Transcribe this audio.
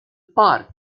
park